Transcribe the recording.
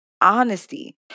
honesty